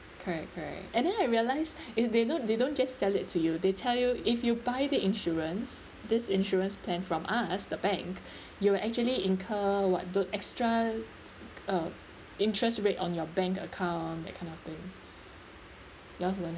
correct correct and then I realise if they know they don't just sell it to you they tell you if you buy the insurance this insurance plan from us the bank you'll actually incur [what] tho~ extra uh interest rate on your bank account that kind of thing just like that